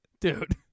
dude